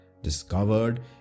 discovered